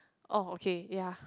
oh okay ya